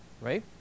right